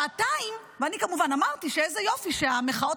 ואני כמובן אמרתי שאיזה יופי שהמחאות